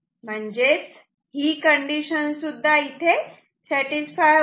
म्हणजेच ही कंडीशन सुद्धा सॅटिस्फाय होते